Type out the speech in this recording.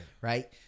Right